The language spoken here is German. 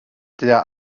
der